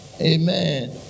Amen